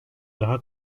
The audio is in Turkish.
daha